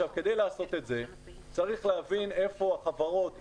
כדי לעשות את זה, צריך להבין היכן החברות יפרסו,